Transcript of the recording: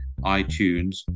itunes